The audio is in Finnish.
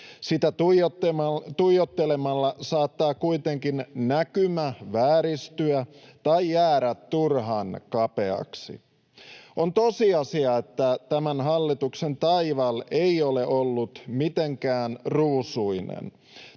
Sitä tuijottelemalla saattaa kuitenkin näkymä vääristyä tai jäädä turhan kapeaksi. On tosiasia, että tämän hallituksen taival ei ole ollut mitenkään ruusuinen.